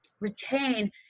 retain